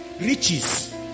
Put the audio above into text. riches